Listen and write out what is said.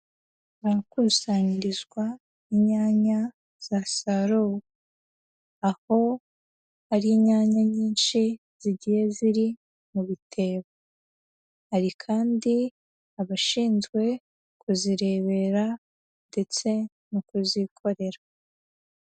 Ahakusanyirizwa inyanya zasaruwe, aho ari inyanya nyinshi zigiye ziri mu bitebo, hari kandi abashinzwe kuzirebera ndetse no kuzikorera.